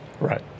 Right